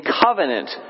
covenant